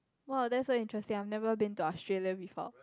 !wow! that's very interesting I'm never been to Australia before